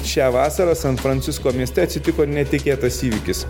šią vasarą san francisko mieste atsitiko netikėtas įvykis